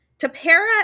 Tapera